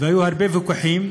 והיו הרבה ויכוחים,